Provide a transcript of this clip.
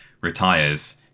retires